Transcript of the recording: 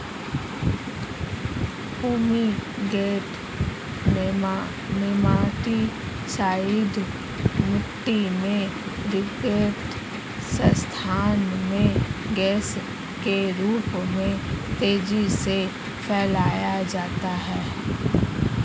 fumigant nematicide मिटटी में रिक्त स्थान में गैस के रूप में तेजी से फैलाया जाता है